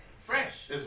Fresh